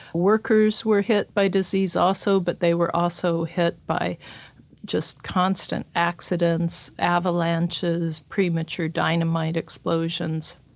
workers were hit by disease also but they were also hit by just constant accidents, avalanches, premature dynamite explosions.